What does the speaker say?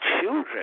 children